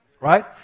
Right